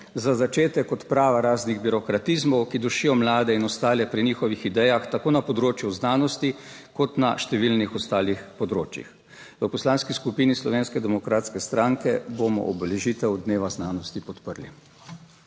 Za začetek odprava raznih birokratizmov, ki dušijo mlade in ostale pri njihovih idejah, tako na področju znanosti kot na številnih ostalih področjih. V Poslanski skupini Slovenske demokratske stranke bomo obeležitev dneva znanosti podprli.